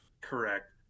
Correct